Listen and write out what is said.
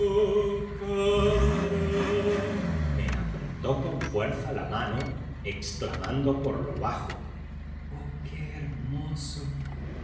me apretó con fuerza la mano exclamando por lo bajo oh qué hermoso